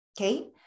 Okay